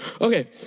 okay